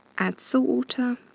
add salt water.